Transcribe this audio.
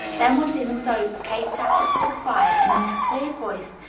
then when dinner was over, kate sat before the fire and in her clear voice,